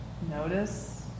Notice